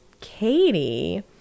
Katie